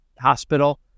Hospital